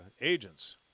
agents